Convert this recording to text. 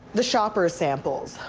the shoppers samples.